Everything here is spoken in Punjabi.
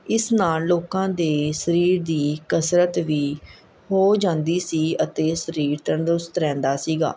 ਇਸ ਨਾਲ ਲੋਕਾਂ ਦੇ ਸਰੀਰ ਦੀ ਕਸਰਤ ਵੀ ਹੋ ਜਾਂਦੀ ਸੀ ਅਤੇ ਸਰੀਰ ਤੰਦਰੁਸਤ ਰਹਿੰਦਾ ਸੀਗਾ